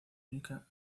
única